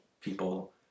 people